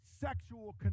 sexual